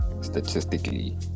statistically